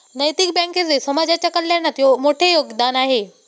नैतिक बँकेचे समाजाच्या कल्याणात मोठे योगदान आहे